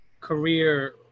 career